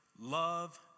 Love